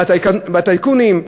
בטייקונים.